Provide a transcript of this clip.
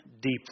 deeply